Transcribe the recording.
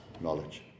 knowledge